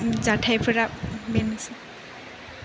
जाथायफोरा बेनोसै